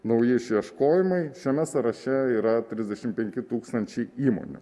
nauji išieškojimai šiame sąraše yra trisdešimt penki tūkstančiai įmonių